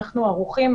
אנחנו ערוכים,